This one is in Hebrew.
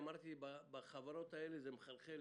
אמרתי שבחברות האלה זה מחלחל